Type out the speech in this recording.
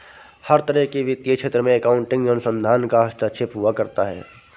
हर तरह के वित्तीय क्षेत्र में अकाउन्टिंग अनुसंधान का हस्तक्षेप हुआ करता है